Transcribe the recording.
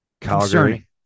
Calgary